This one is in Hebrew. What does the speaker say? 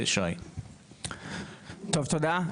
תודה.